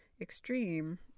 extreme